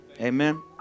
Amen